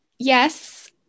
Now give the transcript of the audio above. Yes